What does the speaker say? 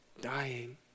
dying